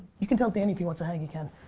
you can tell danny if he wants to hang he can.